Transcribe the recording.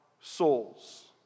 souls